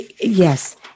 Yes